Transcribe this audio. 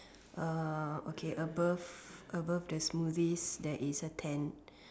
okay above above the smoothies there is a tent